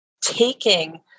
taking